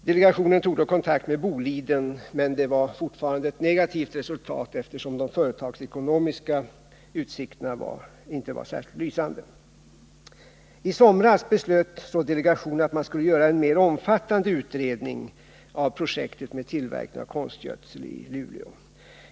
Delegationen tog då 3 gecember 1979 kontakt med Boliden, men resultatet blev fortfarande negativt, eftersom de företagsekonomiska utsikterna inte var särskilt lysande. I somras beslöt så delegationen att göra en mer omfattande utredning av projektet med tillverkning av konstgödsel i Luleå.